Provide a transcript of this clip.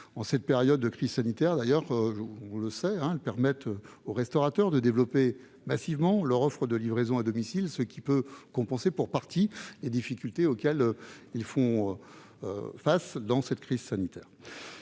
En cette période de crise sanitaire, nous savons qu'elles permettent aux restaurateurs de développer massivement leur offre de livraison à domicile, ce qui peut compenser pour partie les difficultés auxquelles ils font face. Il est cependant